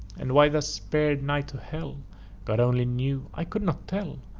and why thus spared, nigh to hell god only knew i could not tell!